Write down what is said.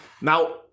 now